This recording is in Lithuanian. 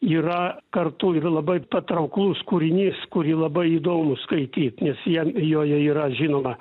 yra kartu ir labai patrauklus kūrinys kurį labai įdomu skaityt nes jam joje yra žinoma